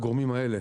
הגורמים האלה.